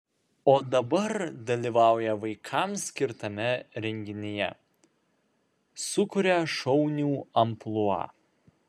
o dabar dalyvauja vaikams skirtame renginyje sukuria šaunių amplua